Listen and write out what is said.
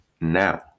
now